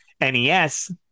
NES